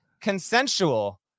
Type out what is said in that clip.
Consensual